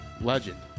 Legend